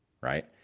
right